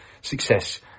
success